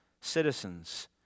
citizens